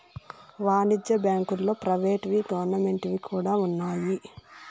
వాణిజ్య బ్యాంకుల్లో ప్రైవేట్ వి గవర్నమెంట్ వి కూడా ఉన్నాయి